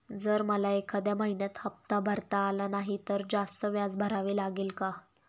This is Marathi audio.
जर मला एखाद्या महिन्यात हफ्ता भरता आला नाही तर जास्त व्याज भरावे लागेल का?